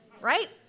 Right